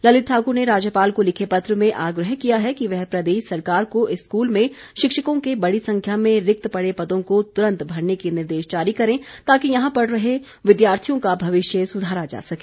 ललित ठाकुर ने राज्यपाल को लिखे पत्र में आग्रह किया है कि वह प्रदेश सरकार को इस स्कूल में शिक्षकों के बड़ी संख्या में रिक्त पड़े पदों को तुरंत भरने के निर्देश जारी करे ताकि यहां पढ़ रहे विद्यार्थियों का भविष्य सुधारा जा सके